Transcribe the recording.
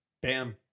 Bam